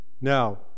Now